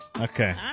Okay